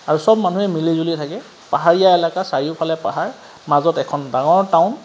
আৰু চব মানুহেই মিলিজুলি থাকে পাহাৰীয়া এলেকা চাৰিওফালে পাহাৰ মাজত এখন ডাঙৰ টাউন